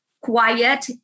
quiet